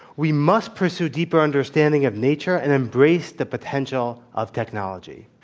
we must pursue deeper understanding of nature and embrace the potential of technology.